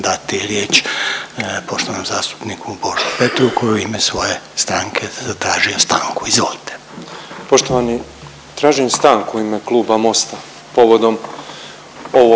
dati riječ poštovanom zastupniku Boži Petrovu koji je u ime svoje stranke zatražio stanku, izvolite. **Petrov, Božo (MOST)** Poštovani, tražim stanku u ime Kluba Mosta povodom ovog